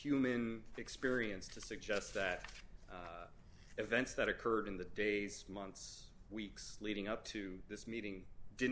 human experience to suggest that events that occurred in the days months weeks leading up to this meeting didn't